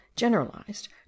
generalized